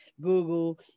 Google